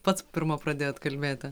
pats pirma pradėjot kalbėti